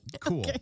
Cool